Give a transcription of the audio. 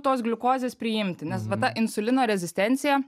tos gliukozės priimti nes va ta insulino rezistencija